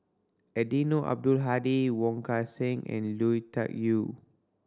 Eddino Abdul Hadi Wong Kan Seng and Lui Tuck Yew